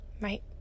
right